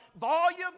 volume